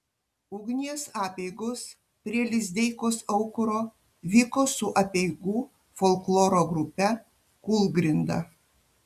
ugnies apeigos prie lizdeikos aukuro vyko su apeigų folkloro grupe kūlgrinda